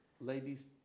ladies